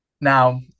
Now